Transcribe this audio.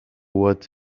what